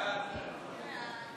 ההצעה להעביר